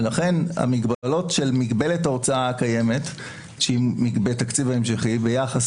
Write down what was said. לכן המגבלות של מגבלת ההוצאה הקיימת בתקציב ההמשכי ביחס